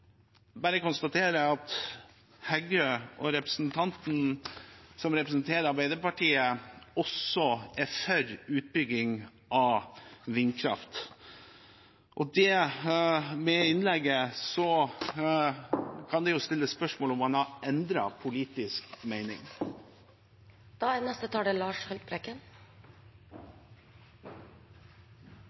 at Heggø, som representerer Arbeiderpartiet, også er for utbygging av vindkraft, og etter det innlegget kan det stilles spørsmål om man har endret politisk mening. Folk er